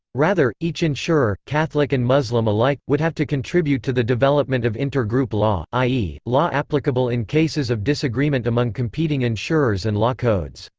rather, each insurer catholic and muslim alike would have to contribute to the development of intergroup law, i e, law applicable in cases of disagreement among competing insurers and law codes.